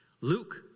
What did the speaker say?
Luke